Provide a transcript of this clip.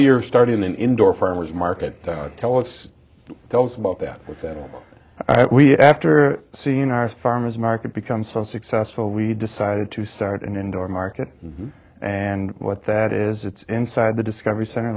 you're starting an indoor farmer's market tell us tell us about that that with we after seeing our farmer's market become so successful we decided to start an indoor market and what that is it's inside the discovery center